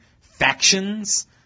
factions